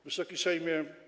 Wysoki Sejmie!